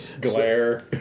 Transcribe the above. Glare